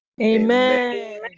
Amen